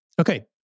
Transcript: Okay